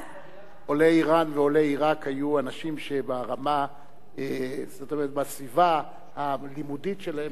עולי עירק ועולי אירן היו אנשים שבסביבה הלימודית שלהם,